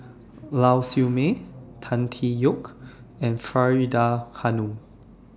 Lau Siew Mei Tan Tee Yoke and Faridah Hanum